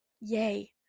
Yay